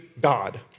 God